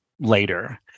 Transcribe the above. later